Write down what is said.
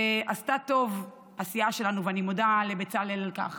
ועשתה טוב הסיעה שלנו, ואני מודה לבצלאל על כך,